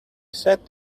set